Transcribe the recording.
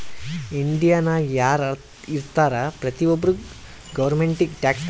ಇಂಡಿಯಾನಾಗ್ ಯಾರ್ ಇರ್ತಾರ ಪ್ರತಿ ಒಬ್ಬರು ಗೌರ್ಮೆಂಟಿಗಿ ಟ್ಯಾಕ್ಸ್ ಕಟ್ಬೇಕ್